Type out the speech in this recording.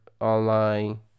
online